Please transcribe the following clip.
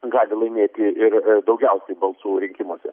gali laimėti ir daugiausiai balsų rinkimuose